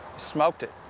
smoked it.